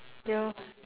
ya